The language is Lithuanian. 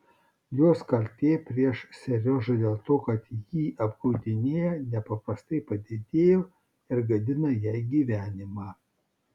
jos kaltė prieš seriožą dėl to kad jį apgaudinėja nepaprastai padidėjo ir gadina jai gyvenimą